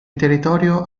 territorio